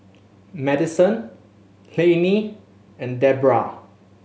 Madyson Lannie and Debrah